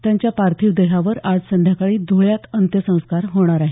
त्यांच्या पार्थिव देहावर आज संध्याकाळी धुळ्यात अंत्यसंस्कार होणार आहेत